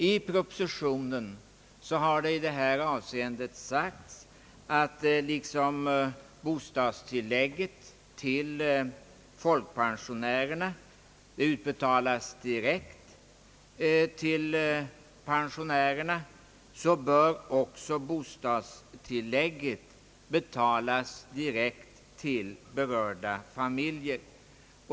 I propositionen har det i detta avseende sagts att liksom bostadstillägget till folkpensionärerna utbetalas direkt till pensionärerna bör också familjebostadstillägget utbetalas direkt till berörda familjer.